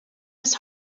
his